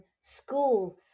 school